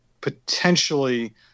potentially